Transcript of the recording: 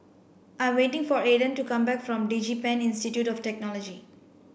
I'm waiting for Aedan to come back from DigiPen Institute of Technology